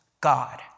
God